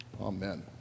amen